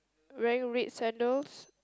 wearing red sandals